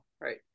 right